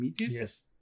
Yes